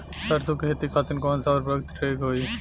सरसो के खेती खातीन कवन सा उर्वरक थिक होखी?